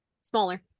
Smaller